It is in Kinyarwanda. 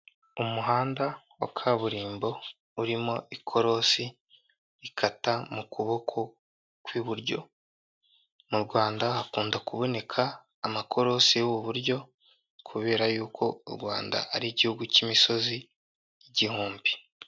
Umuhanda wa kaburimbo urimo ikorosi, ikata mu kuboko kw'iburyo mu rwanda hakunda kuboneka amakorosi areba i buryo kubera yuko u rwanda ari igihugu cy'imisozi igihumbi.